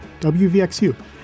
WVXU